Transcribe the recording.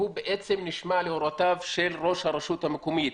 והוא בעצם נשמע להוראותיו של ראש הרשות המקומית.